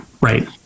right